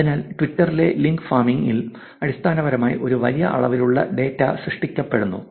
അതിനാൽ ട്വിറ്ററിലെ link farming ഇൽ അടിസ്ഥാനപരമായി ഒരു വലിയ അളവിലുള്ള ഡാറ്റ സൃഷ്ടിക്കപ്പെടുന്നു